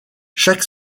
chaque